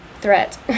threat